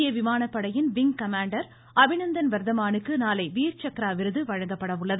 இந்திய விமானப்படையின் wing commander Abhinandan வர்தமானுக்கு நாளை வீர்சக்ரா விருது வழங்கப்பட உள்ளது